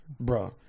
bro